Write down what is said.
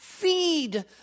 Feed